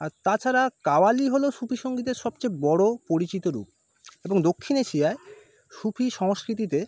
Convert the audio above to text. আর তাছাড়া কাওয়ালি হলো সুফি সঙ্গীতের সবচেয়ে বড় পরিচিত রূপ এবং দক্ষিণ এশিয়ায় সুফি সংস্কৃতিতে